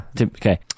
Okay